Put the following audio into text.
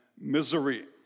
misery